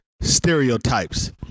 stereotypes